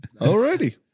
Alrighty